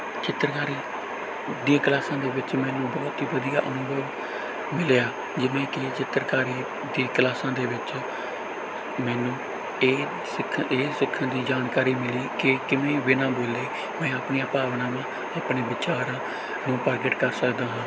ਚਿੱਤਰਕਾਰੀ ਦੀ ਕਲਾਸਾਂ ਦੇ ਵਿੱਚ ਮੈਨੂੰ ਬਹੁਤ ਹੀ ਵਧੀਆ ਅਨੰਦ ਮਿਲਿਆ ਜਿਵੇਂ ਕਿ ਚਿੱਤਰਕਾਰੀ ਦੀ ਕਲਾਸਾਂ ਦੇ ਵਿੱਚ ਮੈਨੂੰ ਇਹ ਸਿੱਖ ਇਹ ਸਿੱਖਣ ਦੀ ਜਾਣਕਾਰੀ ਮਿਲੀ ਕਿ ਕਿਵੇਂ ਬਿਨਾ ਬੋਲੇ ਮੈਂ ਆਪਣੀਆਂ ਭਾਵਨਾਵਾਂ ਆਪਣੇ ਵਿਚਾਰਾਂ ਨੂੰ ਪ੍ਰਗਟ ਕਰ ਸਕਦਾ ਹਾਂ